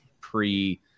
pre